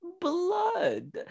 blood